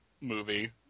movie